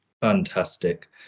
Fantastic